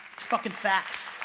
it's fucking facts.